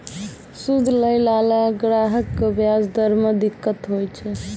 सूद लैय लाला ग्राहक क व्याज दर म दिक्कत होय छै